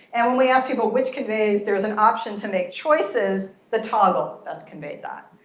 and when we asked people, which conveys there is an option to make choices? the toggle best conveyed that.